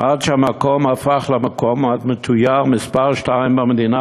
עד שהמקום הפך למקום המתויר מספר שתיים במדינה,